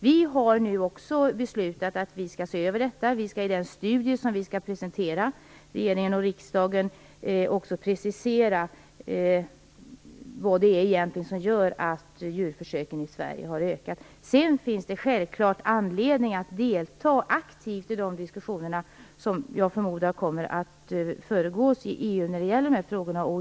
Vi har nu beslutat att vi skall se över detta. I den studie som CFN skall presentera regeringen och riksdagen skall vi också precisera vad det egentligen är som gör att djurförsöken i Sverige har ökat. Det finns självfallet anledning att delta aktivt i de diskussioner som jag förmodar kommer att föregå i EU när det gäller dessa frågor.